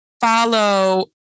follow